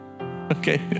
okay